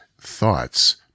thoughts